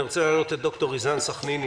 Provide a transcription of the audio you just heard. אני רוצה להעלות את ד"ר ריזאן סחניני,